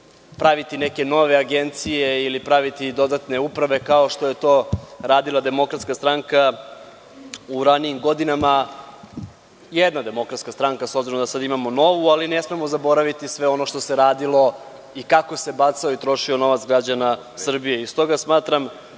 praviti neke nove agencije, ili praviti dodatne uprave, kao što je to radila DS u ranijim godinama. Jedna Demokratska stranka, s obzirom da sada imamo novu, ali ne smemo zaboraviti sve ono što se radilo i kako se bacao i trošio novac građana Srbije. Stoga